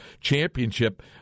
championship